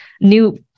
new